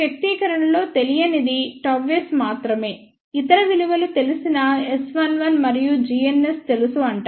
ఈ వ్యక్తీకరణ లో తెలియనిది Γs మాత్రమే ఇతర విలువలు తెలిసిన S11 మరియు gns తెలుసు అంటారు